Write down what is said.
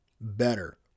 better